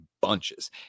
bunches